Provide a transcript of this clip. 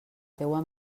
teua